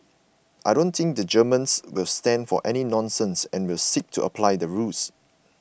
I don't think the Germans will stand for any nonsense and will seek to apply the rules